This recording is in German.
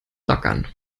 rackern